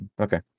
Okay